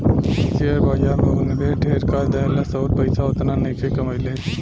share बाजार में ऊ निवेश ढेर क देहलस अउर पइसा ओतना नइखे कमइले